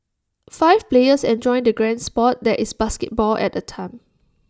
five players enjoy the grand Sport that is basketball at A time